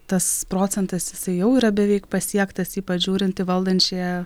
tas procentas jisai jau yra beveik pasiektas ypač žiūrint į valdančiąją